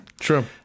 True